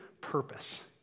purpose